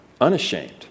Unashamed